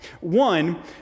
One